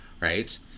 Right